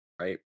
Right